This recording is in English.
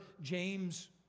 James